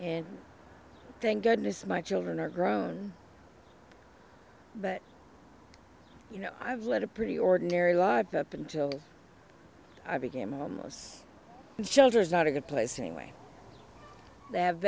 and thank goodness my children are grown but you know i've led a pretty ordinary life up until i became homeless shelters not a good place anyway that they have